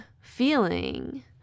feeling